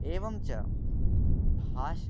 एवं च भाष्य